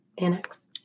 Annex